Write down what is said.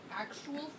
actual